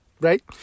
right